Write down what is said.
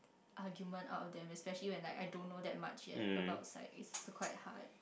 argument out of them especially when like I don't know that much yet about side is quite hard